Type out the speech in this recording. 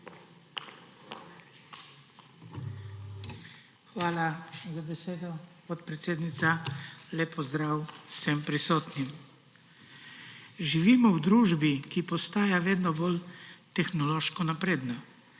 Hvala za besedo, podpredsednica. Lep pozdrav vsem prisotnim! Živimo v družbi, ki postaja vedno bolj tehnološko napredna,